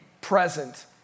present